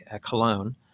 Cologne